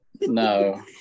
no